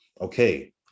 okay